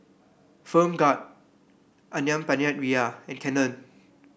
Film God ayam Penyet Ria and Canon